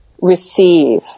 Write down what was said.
receive